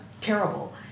terrible